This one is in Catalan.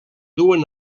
duen